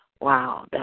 Wow